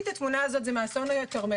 אסון הכרמל